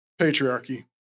patriarchy